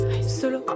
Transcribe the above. solo